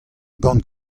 gant